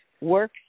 work